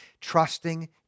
trusting